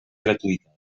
gratuïta